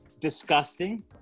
disgusting